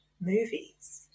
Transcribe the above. movies